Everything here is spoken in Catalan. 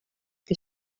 que